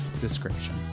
description